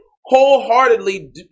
wholeheartedly